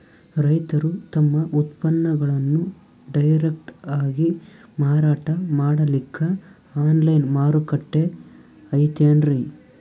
ರೈತರು ತಮ್ಮ ಉತ್ಪನ್ನಗಳನ್ನು ಡೈರೆಕ್ಟ್ ಆಗಿ ಮಾರಾಟ ಮಾಡಲಿಕ್ಕ ಆನ್ಲೈನ್ ಮಾರುಕಟ್ಟೆ ಐತೇನ್ರೀ?